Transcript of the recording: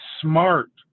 smart